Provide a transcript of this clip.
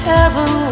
Heaven